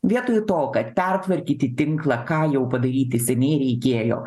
vietoj to kad pertvarkyti tinklą ką jau padaryti seniai reikėjo